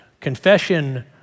Confession